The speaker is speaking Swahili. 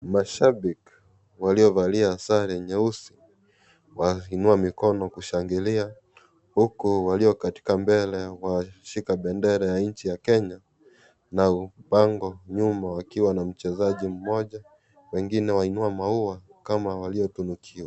Mashabiki, waliovalia sare nyeusi wainua mikono kushangilia huku walio katika mbele waishika bendera ya inchi ya Kenya, na ubango nyuma wakiwa na mchezaji mmoja, wengine wainua maua kama waliotunukiwa.